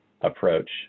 approach